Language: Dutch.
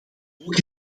ook